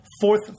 fourth